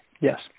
yes